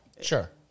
sure